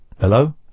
Hello